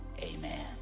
Amen